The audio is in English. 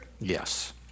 Yes